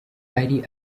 ari